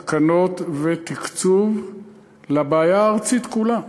תקנות ותקצוב לבעיה הארצית כולה.